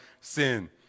sin